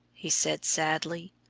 he said sadly.